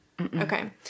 Okay